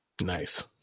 Nice